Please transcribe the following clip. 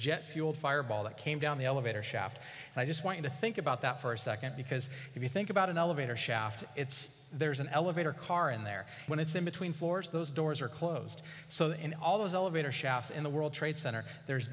jet fuel fireball that came down the elevator shaft and i just want you to think about that for a second because if you think about an elevator shaft it's there's an elevator car in there when it's in between floors those doors are closed so in all those elevator shafts in the world trade center there's